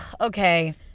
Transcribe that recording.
Okay